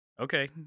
Okay